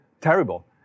terrible